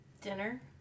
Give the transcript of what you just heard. dinner